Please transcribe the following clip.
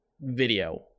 video